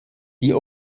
die